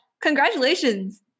Congratulations